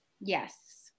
Yes